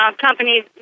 companies